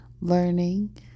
learning